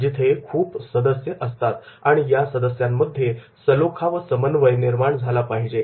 जिथे खूप सदस्य असतात आणि या सदस्यांमध्ये सलोखा व समन्वय निर्माण झाला पाहिजे